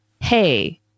hey